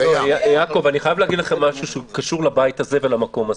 אני חייב להגיד לכם משהו שהוא קשור לבית הזה ולמקום הזה.